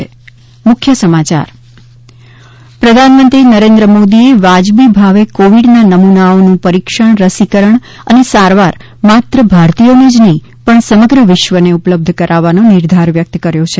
ે પ્રધાનમંત્રી નરેન્દ્ર મોદીએ વાજબી ભાવે કોવીડના નમૂનાઓનું પરીક્ષણ રસીકરણ અને સારવાર માત્ર ભારતીયોને જ નહીં પણ સમગ્ર વિશ્વને ઉપબલ્ધ કરાવવાનો નિર્ધાર વ્યક્ત કર્યો છે